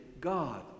God